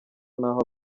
naho